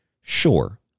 Sure